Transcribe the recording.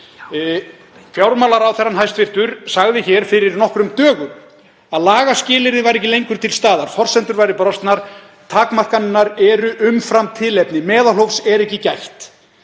fjármálaráðherra sagði hér fyrir nokkrum dögum að lagaskilyrði væru ekki lengur til staðar, forsendur væru brostnar. Takmarkanirnar eru umfram tilefni, meðalhófs er ekki gætt.